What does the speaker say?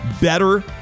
better